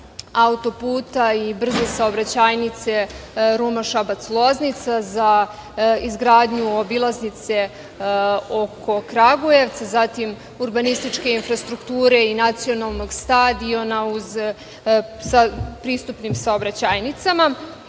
auto-puta i brze saobraćajnice Ruma-Šabac-Loznica za izgradnju obilaznice oko Kragujevca, zatim urbanističke infrastrukture i nacionalnog stadiona sa pristupnim saobraćajnicama.